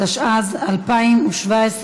התשע"ז 2017,